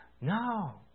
No